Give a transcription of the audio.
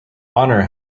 bonner